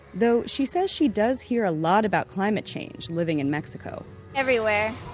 though she says she does hear a lot about climate change living in mexico everywhere,